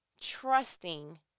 Trusting